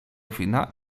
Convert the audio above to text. wina